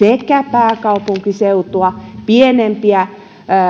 pääkaupunkiseutua pienempiä